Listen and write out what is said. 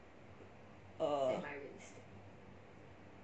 err